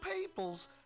peoples